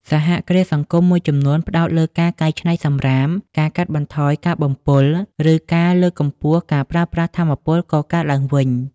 សហគ្រាសសង្គមមួយចំនួនផ្តោតលើការកែច្នៃសំរាម ការកាត់បន្ថយការបំពុល ឬការលើកកម្ពស់ការប្រើប្រាស់ថាមពលកកើតឡើងវិញ។